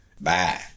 Bye